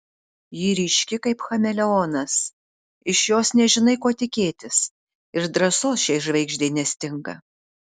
ji ryški kaip chameleonas iš jos nežinai ko tikėtis ir drąsos šiai žvaigždei nestinga